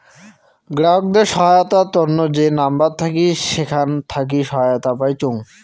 গ্রাহকদের সহায়তার তন্ন যে নাম্বার থাকি সেখান থাকি সহায়তা পাইচুঙ